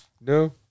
No